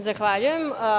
Zahvaljujem.